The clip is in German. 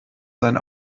sein